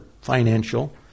financial